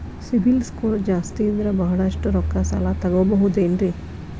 CIBIL score ಜಾಸ್ತಿ ಇದ್ರ ಬಹಳಷ್ಟು ರೊಕ್ಕ ಸಾಲ ತಗೋಬಹುದು ಏನ್ರಿ?